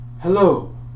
Hello